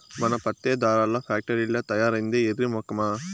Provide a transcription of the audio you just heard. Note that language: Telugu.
మన పత్తే దారాల్ల ఫాక్టరీల్ల తయారైద్దే ఎర్రి మొకమా